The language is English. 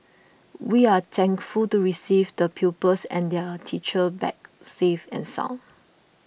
we are thankful to receive the pupils and their teachers back safe and sound